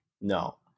No